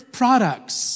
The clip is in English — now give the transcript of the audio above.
products